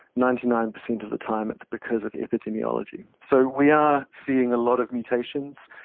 ninety nine percent of the time it's because of epidemiology. so we are seeing a lot of mutations.